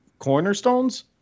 Cornerstones